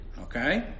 okay